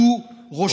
דו-ראשית.